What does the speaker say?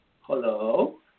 Hello